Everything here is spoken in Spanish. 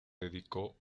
dedicó